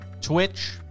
Twitch